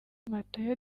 matayo